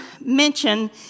mention